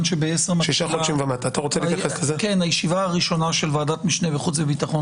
בשעה 10:00 אני צריך לצאת של ועדת המשנה של ועדת החוץ והביטחון.